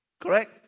Correct